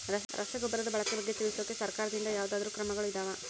ರಸಗೊಬ್ಬರದ ಬಳಕೆ ಬಗ್ಗೆ ತಿಳಿಸೊಕೆ ಸರಕಾರದಿಂದ ಯಾವದಾದ್ರು ಕಾರ್ಯಕ್ರಮಗಳು ಇದಾವ?